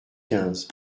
quinze